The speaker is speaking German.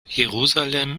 jerusalem